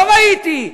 לא ראיתי,